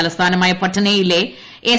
തലസ്ഥാനമായ പാട്നയിലെ എസ്